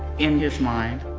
in his mind,